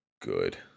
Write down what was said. good